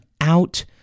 out